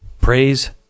Praise